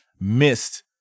missed